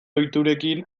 ohiturekin